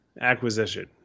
acquisition